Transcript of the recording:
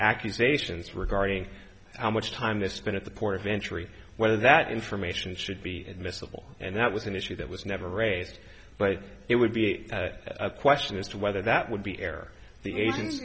accusations regarding how much time this spent at the port of entry whether that information should be admissible and that was an issue that was never raised but it would be a question as to whether that would be air the agen